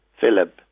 Philip